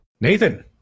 Nathan